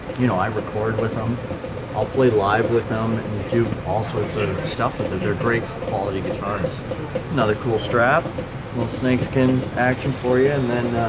you know i record with them i'll play live with them and do all sorts of stuff of their great quality guitars another cool strap well snakeskin action for you, and then